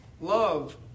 love